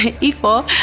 equal